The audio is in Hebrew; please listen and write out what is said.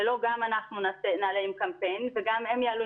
שלא גם אנחנו נעלה קמפיין וגם הם יעלו